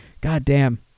goddamn